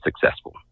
successful